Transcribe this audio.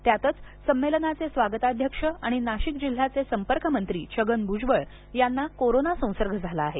त्यातच संमेलनाचे स्वागताध्यक्ष आणि नाशिक जिल्ह्याचे संपर्क मंत्री छगन भुजबळ यांना कोरोना संसर्ग झाला आहे